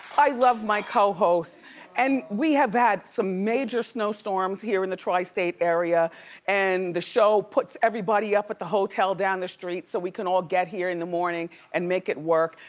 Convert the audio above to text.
i love my cohost and we have had some major snowstorms here in the tri-state area and the show puts everybody up at the hotel down the street so we can all get here in the morning and make it work,